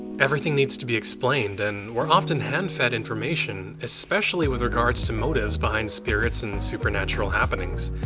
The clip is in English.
everything needs to be explained and we're often hand fed information especially with regards to motives behind spirits and supernatural happenings.